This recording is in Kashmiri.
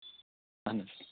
اَہن حظ